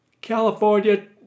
California